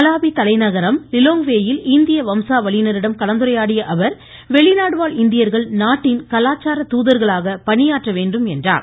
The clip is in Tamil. மலாவி தலைநகரம் லிலோங்வே யில் இந்திய வம்சாவளியினரிடம் கலந்துரையாடிய அவர் வெளிநாடு வாழ் இந்தியர்கள் நாட்டின் கலாச்சார தூதர்களாக பணியாற்ற வேண்டும் என்றார்